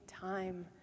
time